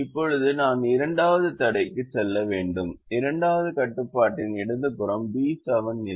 இப்போது நான் இரண்டாவது தடைக்கு செல்ல வேண்டும் இரண்டாவது கட்டுப்பாட்டின் இடது புறம் பி 7 நிலை